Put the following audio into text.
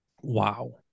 Wow